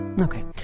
Okay